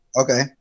Okay